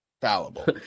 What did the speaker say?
fallible